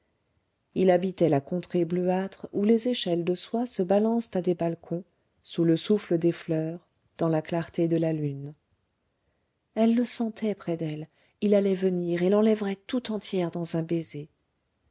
il habitait la contrée bleuâtre où les échelles de soie se balancent à des balcons sous le souffle des fleurs dans la clarté de la lune elle le sentait près d'elle il allait venir et l'enlèverait tout entière dans un baiser